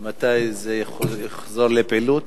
מתי זה יחזור לפעילות?